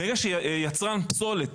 מרגע שיצרן פסולת